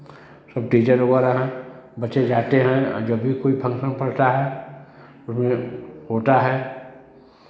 सब टीचर वगैरह हैं बच्चे जाते हैं जब भी कोई फंक्शन पड़ता है उसमें होता है